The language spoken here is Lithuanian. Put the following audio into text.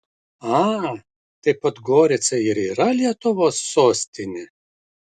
a tai podgorica ir yra lietuvos sostinė